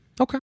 Okay